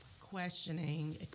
questioning